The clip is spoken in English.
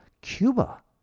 Cuba